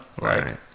Right